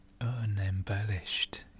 unembellished